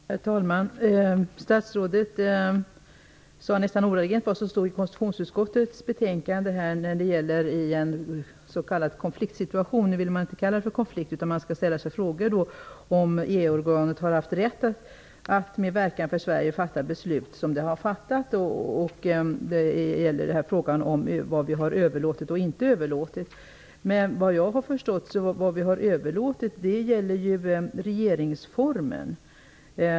Herr talman! Statsrådet sade nästan ordagrant vad som står i konstitutionsutskottets betänkande om vad som gäller vid en s.k. konfliktsituation. Hon vill inte kalla detta för en konflikt, utan hon menar att man skall fråga sig om EU-organet har haft rätt att med verkan för Sverige fatta ett sådant beslut som det har fattat. Det handlar om vad vi har och inte har överlåtit. Såvitt jag har förstått gäller det som vi har överlåtit regeringsformen.